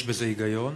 יש בזה היגיון.